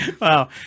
Wow